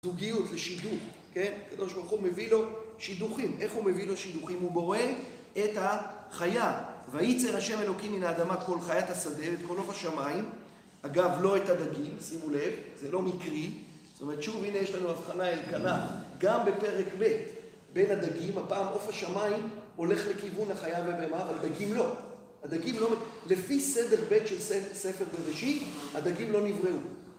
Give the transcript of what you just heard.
זוגיות, לשידוך, כן? הקדוש ברוך הוא מביא לו שידוכים. איך הוא מביא לו שידוכים? הוא בורא את החיה. ויצר ה' אלוקים מן האדמה כל חיית השדה, את כל עוף השמיים. אגב, לא את הדגים, שימו לב. זה לא מקרי. זאת אומרת, שוב, הנה יש לנו הבחנה אלקנה. גם בפרק ב', בין הדגים, הפעם עוף השמיים הולך לכיוון החיה והבהמה, אבל הדגים לא. הדגים לא. לפי סדר בית של ספר בראשית, הדגים לא נבראו.